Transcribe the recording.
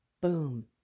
boom